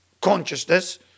consciousness